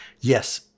yes